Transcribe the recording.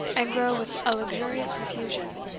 and grow with a luxuriant profusion,